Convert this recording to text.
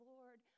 Lord